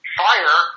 fire